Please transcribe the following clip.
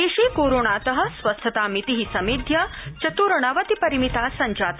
देशे कोरोनात स्वस्थतामिति समेध्य चतुर्णवतिपरिमिता संजाता